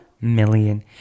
million